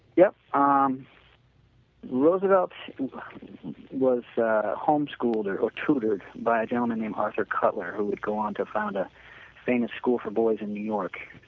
yeah, um roosevelt was a home schooled or or tutored by a gentleman named arthur cutler who would go on to found a famous school for boys in new york.